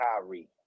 Kyrie